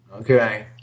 Okay